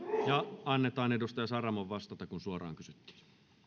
ja annetaan edustaja saramon vastata kun suoraan kysyttiin